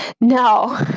No